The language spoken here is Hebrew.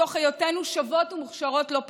מתוך היותנו שוות ומוכשרות לא פחות,